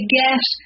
get